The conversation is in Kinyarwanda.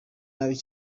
nabi